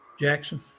Jackson